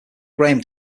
graham